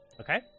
Okay